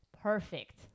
Perfect